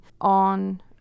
on